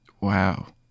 Wow